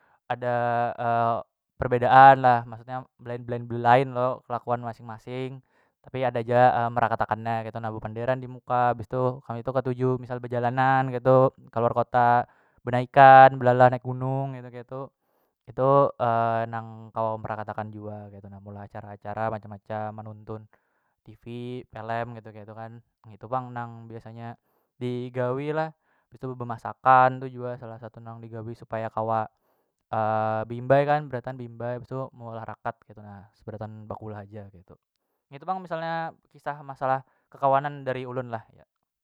Ada perbedaan lah maksudnya belain- belain belain lo kelakuan masing- masing tapi ada ja merakatannya ketu na bepandiran dimuka bistu kami tu ketuju misal bejalanan ketu keluar kota benaikan belalah naik gunung ketu- ketu itu nang kawa merakatan jua meulah acara- acara macam- macam menuntun tv pelem ketu- ketu kan ngitu pang nang biasanya digawi lah bistu bemasakan tu jua salah satu nang digawi supaya kawa beimbai kan berataan beimbai bistu meolah rakat ketu nah seberataan bakul haja ketu. Ngetu pang misalnya bekisah masalah kekawanan dari ulun lah ya.